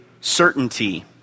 certainty